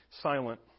Silent